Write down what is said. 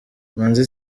manzi